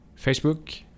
Facebook